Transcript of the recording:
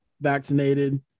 vaccinated